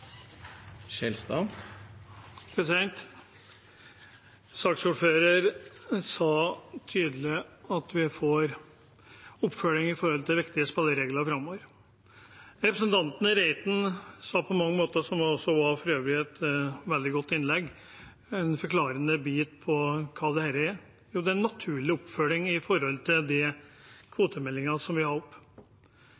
Reiten ga på mange måter, i det som for øvrig var et veldig godt innlegg, en forklarende bit på hva dette er. Det er en naturlig oppfølging av den kvotemeldingen vi hadde oppe. Det